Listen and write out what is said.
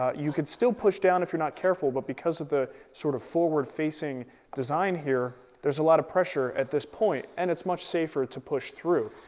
ah you can still push down if you're not careful, but because of the sort of forward-facing design here, there's a lot of pressure at this point and it's much safer to push through,